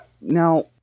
Now